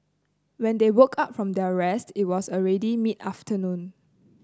when they woke up from their rest it was already mid afternoon